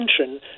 attention